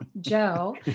Joe